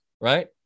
right